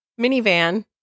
minivan